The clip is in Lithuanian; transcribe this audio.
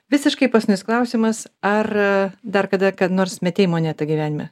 visiškai paskutinis klausimas ar dar kada kada nors metei monetą gyvenime